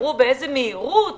אמרו באיזו מהירות טיפלו.